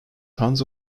tons